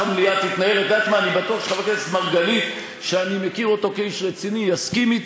אני מודה לחבר הכנסת מרגלית שבכל זאת הגיע,